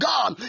God